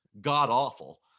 god-awful